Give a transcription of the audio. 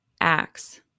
acts